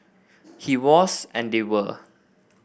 he was and they were